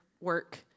work